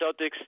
Celtics